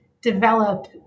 develop